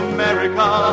America